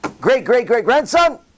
Great-great-great-grandson